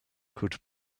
could